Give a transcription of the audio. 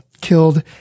killed